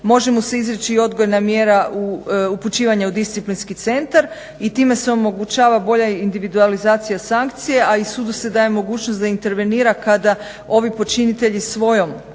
može mu se izreći odgojna mjera upućivanje u disciplinski centar i time se omogućava bolja individualizacija sankcije a i sudu se daje mogućnost da intervenira kada ovi počinitelji svojom